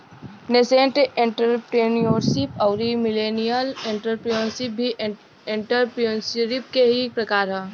nascent entrepreneurship अउरी millennial entrepreneurship भी entrepreneurship के ही प्रकार ह